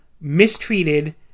mistreated